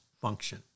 function